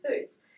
foods